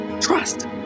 trust